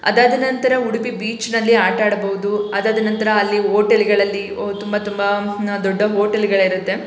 ಅದಾದ ನಂತರ ಉಡುಪಿ ಬೀಚ್ನಲ್ಲಿ ಆಟಾಡಬೌದು ಅದಾದ ನಂತರ ಅಲ್ಲಿ ಓಟೆಲ್ಗಳಲ್ಲಿ ಓ ತುಂಬ ತುಂಬ ನ ದೊಡ್ಡ ಹೋಟೆಲ್ಗಳಿರುತ್ತೆ